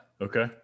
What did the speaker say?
Okay